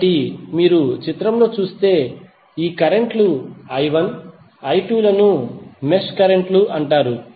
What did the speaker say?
కాబట్టి మీరు ఈ చిత్రంలో చూస్తే ఈ కరెంట్ లు I1 మరియు I2 లను మెష్ కరెంట్ లు అంటారు